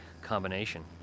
combination